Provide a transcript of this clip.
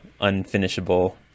unfinishable